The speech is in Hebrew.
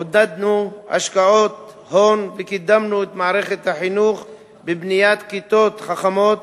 עודדנו השקעות הון וקידמנו את מערכת החינוך בבניית כיתות חכמות